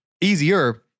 easier